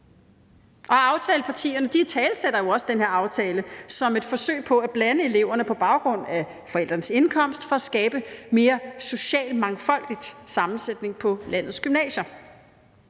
Aftalepartierne italesætter jo også den her aftale som et forsøg på at blande eleverne på baggrund af forældrenes indkomst for at skabe en mere socialt set mangfoldig sammensætning på landets gymnasier.